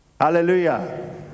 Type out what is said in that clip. Hallelujah